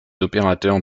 opérateurs